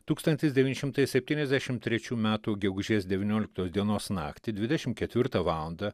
tūkstantis devyni šimtai septyniasdešim trečių metų gegužės devynioliktos dienos naktį dvidešim ketvirtą valandą